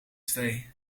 twee